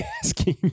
asking